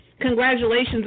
Congratulations